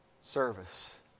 service